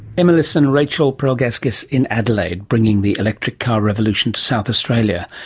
emilis and rachel prelgauskas in adelaide, bringing the electric car revolution to south australia,